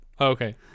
okay